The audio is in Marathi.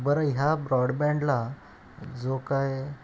बरं ह्या ब्रॉडबँडला जो काय